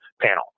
panel